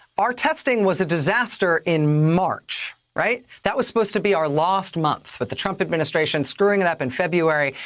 our testing was a disaster in march, right? that was supposed to be our lost month, with the trump administration screwing it up in february,